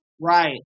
Right